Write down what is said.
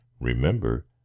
remember